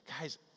Guys